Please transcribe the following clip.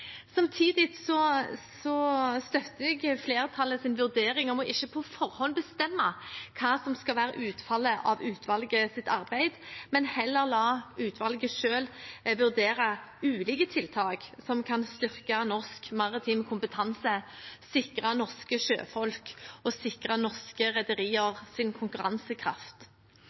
Samtidig støtter jeg flertallets vurdering om ikke på forhånd å bestemme hva som skal være utfallet av utvalgets arbeid, men heller la utvalget selv vurdere ulike tiltak som kan styrke norsk maritim kompetanse, sikre norske sjøfolk og sikre norske rederiers konkurransekraft.